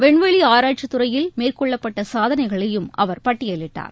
விண்வெளி ஆராய்ச்சித் துறையில் மேற்கொள்ளப்பட்ட சாதனைகளையும் அவர் பட்டியலிட்டார்